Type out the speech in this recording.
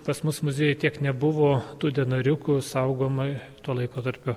pas mus muziejuj tiek nebuvo tų denariukų saugoma tuo laikotarpiu